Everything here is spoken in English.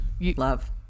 Love